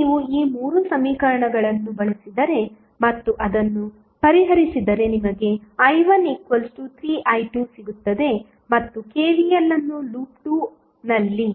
ಈಗ ನೀವು ಈ ಮೂರು ಸಮೀಕರಣಗಳನ್ನು ಬಳಸಿದರೆ ಮತ್ತು ಅದನ್ನು ಪರಿಹರಿಸಿದರೆ ನಿಮಗೆ i13i2 ಸಿಗುತ್ತದೆ ಮತ್ತು KVL ಅನ್ನು ಲೂಪ್ 2 ನಲ್ಲಿ